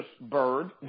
bird